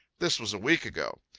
this was a week ago.